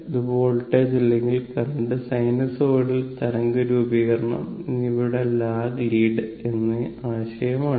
ഇത് വോൾട്ടേജ് അല്ലെങ്കിൽ current sinusoidal തരംഗ രൂപീകരണം എന്നിവയുടെ ലാഗ് ലീഡും എന്ന ആശയമാണ്